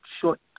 short